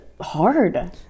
hard